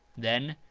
then,